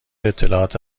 اطلاعات